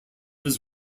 his